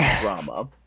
drama